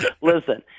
listen